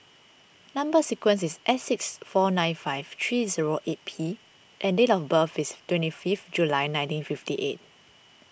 Number Sequence is S six four nine five three zero eight P and date of birth is twenty fifth July nineteen fifty eight